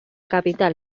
capital